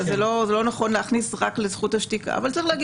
זה לא נכון להכניס רק לזכות השתיקה אבל צריך לומר את